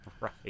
Right